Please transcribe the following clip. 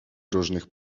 różnych